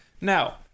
Now